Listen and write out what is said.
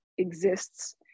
exists